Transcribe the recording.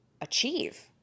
achieve